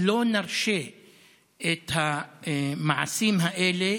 לא נרשה את המעשים האלה,